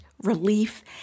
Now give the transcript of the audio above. relief